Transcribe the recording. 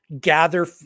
gather